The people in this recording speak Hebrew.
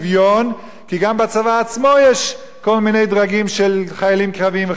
כי גם בצבא עצמו יש כל מיני דרגים של חיילים קרביים וחיילים אחרים.